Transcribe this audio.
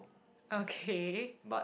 okay